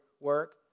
work